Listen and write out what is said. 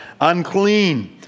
unclean